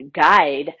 guide